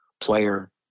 player